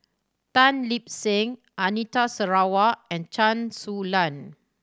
Tan Lip Seng Anita Sarawak and Chen Su Lan